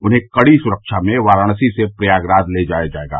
उन्हें कड़ी सुरक्षा में वाराणसी से प्रयागराज ले जाया जाएगा